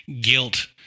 guilt